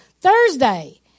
Thursday